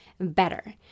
better